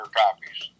copies